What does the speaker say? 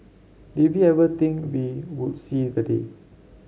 did we ever think we would see the day